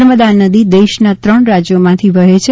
નર્મદા નદી દેશના ત્રણ રાજ્યોમાંથી વહે છે